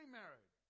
married